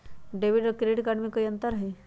Debit और credit card में कई अंतर हई?